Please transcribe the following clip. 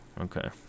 okay